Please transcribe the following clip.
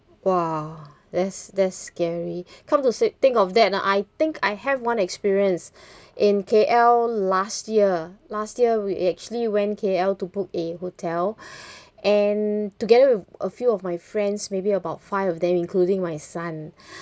!wah! that's that's scary come to say think of that ah I think I have one experience in K_L last year last year we actually went K_L to book a hotel and together with a few of my friends maybe about five of them including my son